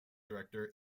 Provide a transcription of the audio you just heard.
director